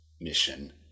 mission